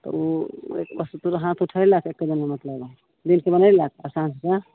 तऽ ओ हाथ उठैलक एके दिनमे मतलब दिनके बनैलक और साँझके